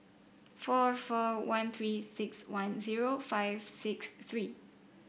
four four one Three six one zero five six three